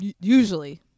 usually